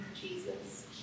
jesus